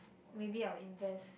maybe I will invest